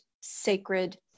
sacred